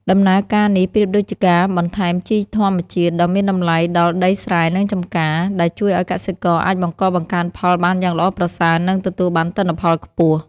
ដំណើរការនេះប្រៀបដូចជាការបន្ថែមជីធម្មជាតិដ៏មានតម្លៃដល់ដីស្រែ និងចម្ការ ដែលជួយឱ្យកសិករអាចបង្កបង្កើនផលបានយ៉ាងល្អប្រសើរ និងទទួលបានទិន្នផលខ្ពស់.